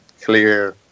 clear